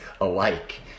alike